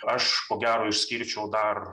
aš ko gero išskirčiau dar